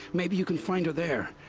maybe you can find her there!